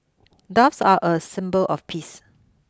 doves are a symbol of peace